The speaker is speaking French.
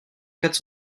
quatre